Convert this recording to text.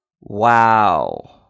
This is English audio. Wow